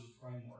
framework